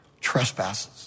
trespasses